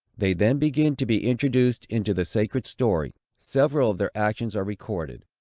they then begin to be introduced into the sacred story. several of their actions are recorded.